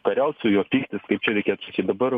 kariaut su juo pyktis kaip čia reikėtų sakyt dabar